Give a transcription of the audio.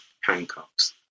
handcuffs